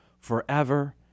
forever